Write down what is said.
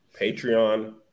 Patreon